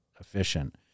efficient